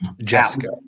Jessica